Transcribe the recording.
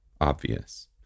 obvious